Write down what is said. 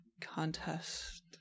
contest